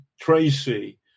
Tracy